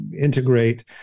integrate